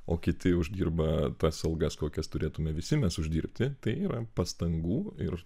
o kiti uždirba tas algas kokias turėtumėme visi mes uždirbti tai yra pastangų ir